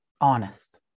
honest